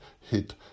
hit